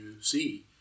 see